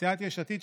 סיעת יש עתיד,